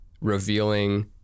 revealing